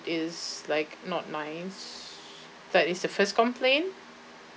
is like not nice that is the first complain